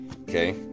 Okay